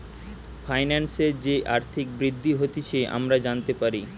ফাইন্যান্সের যে আর্থিক বৃদ্ধি হতিছে আমরা জানতে পারি